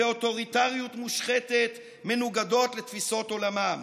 ואוטוריטריות מושחתת מנוגדות לתפיסות עולמם,